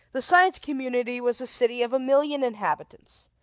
the science community was a city of a million inhabitants,